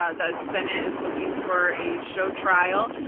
ah the senate is looking for a show trial.